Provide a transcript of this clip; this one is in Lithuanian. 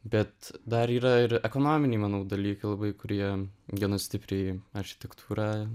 bet dar yra ir ekonominiai manau dalykai labai kurie gana stipriai architektūrą